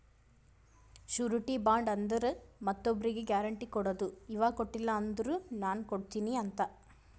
surety bond ಅಂದುರ್ ಮತ್ತೊಬ್ರಿಗ್ guarantee ಕೊಡದು ಇವಾ ಕೊಟ್ಟಿಲ ಅಂದುರ್ ನಾ ಕೊಡ್ತೀನಿ ಅಂತ್